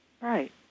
Right